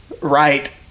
right